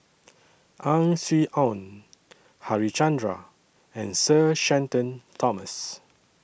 Ang Swee Aun Harichandra and Sir Shenton Thomas